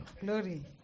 Glory